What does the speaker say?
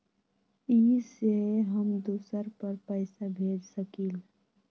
इ सेऐ हम दुसर पर पैसा भेज सकील?